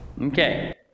Okay